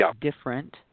different